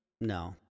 No